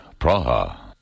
Praha